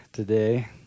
today